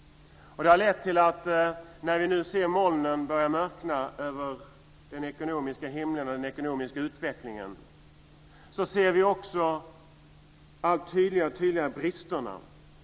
Det har lett till att vi, när vi nu ser molnen börja mörkna över den ekonomiska himlen och den ekonomiska utvecklingen, också allt tydligare ser bristerna.